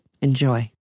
Enjoy